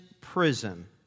prison